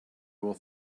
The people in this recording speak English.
will